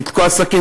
לתקוע סכין.